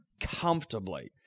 Comfortably